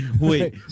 wait